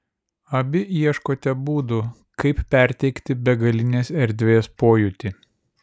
abi ieškote būdų kaip perteikti begalinės erdvės pojūtį